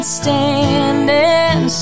standing